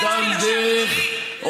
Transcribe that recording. אובדן דרך, לאומנות.